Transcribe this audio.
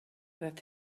that